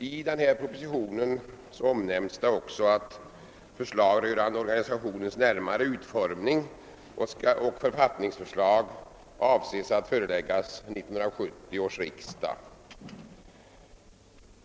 I propositionen omnämnes att förslag rörande organisationens närmare utformning och författningsförslag avses föreläggas 1970 års riksdag.